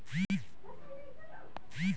संस्था जवन सरकार नाही चलावत हौ